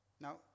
Now